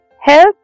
Health